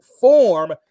form